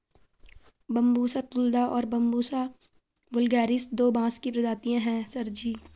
Bambusa tulda और Bambusa vulgaris दो बांस की प्रजातियां हैं सर जी